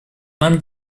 нам